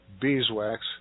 beeswax